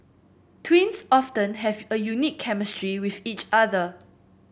twins often have a unique chemistry with each other